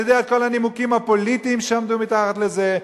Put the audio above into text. אני יודע את כל הנימוקים הפוליטיים שעמדו מתחת לזה,